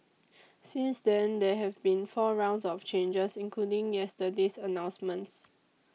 since then there have been four rounds of changes including yesterday's announcements